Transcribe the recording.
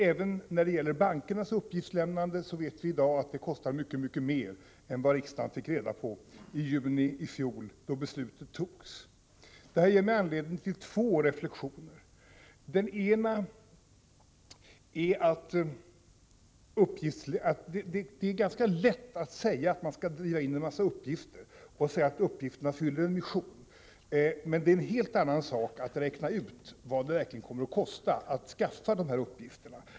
Även när det gäller bankernas uppgiftslämnande vet vi i dag att det kostar mycket mer än vad riksdagen fick reda på i juni i fjol då beslutet togs. Detta ger mig anledning till två reflexioner. Den ena är att det är ganska lätt att säga att man skall ta in en massa uppgifter och att de fyller en mission, men en helt annan sak att räkna ut vad det verkligen kommer att kosta att skaffa de där uppgifterna.